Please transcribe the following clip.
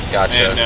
Gotcha